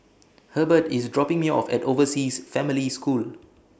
Hurbert IS dropping Me off At Overseas Family School